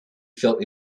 felt